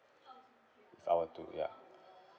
if I were to ya